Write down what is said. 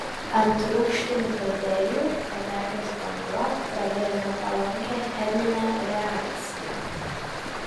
ant rūgštinių baterijų patekęs vanduo pradėjo nepalankę cheminę reakciją